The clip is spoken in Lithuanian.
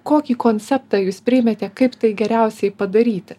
kokį konceptą jūs priėmėte kaip tai geriausiai padaryti